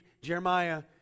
Jeremiah